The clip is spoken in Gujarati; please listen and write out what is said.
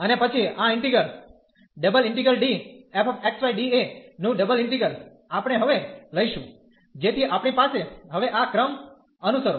અને પછી આ ઇન્ટીગલ નું ડબલ ઇન્ટિગ્રલ આપણે હવે લઈશું જેથી આપણી પાસે હવે આ ક્રમ અનુસરો